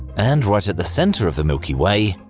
and right at the centre of the milky way,